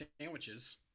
sandwiches